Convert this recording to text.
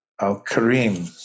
al-karim